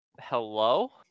hello